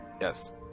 Yes